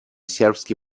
сербский